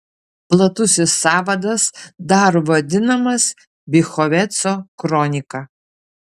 platusis sąvadas dar vadinamas bychoveco kronika